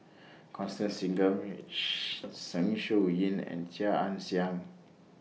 Constance Singam Zeng Shouyin and Chia Ann Siang